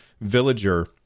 villager